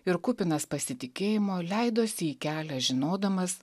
ir kupinas pasitikėjimo leidosi į kelią žinodamas